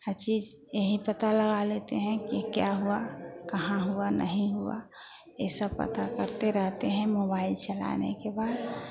हर चीज़ यही पता लगा लेते हैं कि क्या हुआ कहाँ हुआ नहीं हुआ यह सब पता करते रहते हैं मोबाइल चलाने के बाद